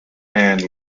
and